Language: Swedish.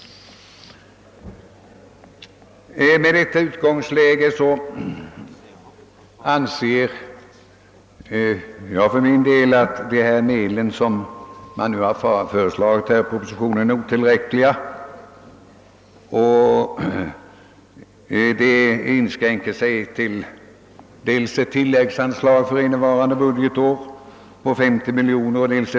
Med detta utgångsläge anser jag för min del att de medel som föreslagits i propositionen är otillräckliga. Dessa medel inskränker sig till ett tilläggsanslag på 50 miljoner kronor, varigenom anslaget för innevarande budgetår höjs till 150 miljoner kronor.